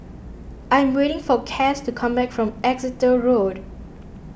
I am waiting for Cass to come back from Exeter Road